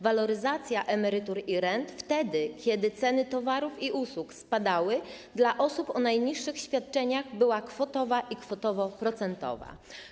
Waloryzacja emerytur i rent, wtedy kiedy ceny towarów i usług spadały, dla osób o najniższych świadczeniach była kwotowa i kwotowo-procentowa.